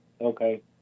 Okay